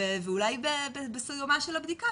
ואולי בסיומה של הבדיקה,